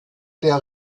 der